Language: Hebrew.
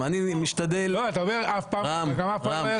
אני משתדל --- אבל אתה אומר: אף פעם זה לא קרה.